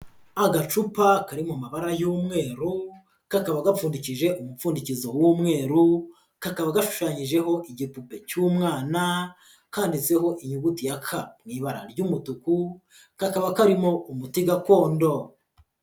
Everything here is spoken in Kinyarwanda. Agacupa kari mu mabara y'umweru, kakaba gapfundikije umupfundikizo w'umweru, kakaba gashushanyijeho igipupe cy'umwana, kanditseho inyuguti ya K mu ibara ry'umutuku, kakaba karimo umuti gakondo.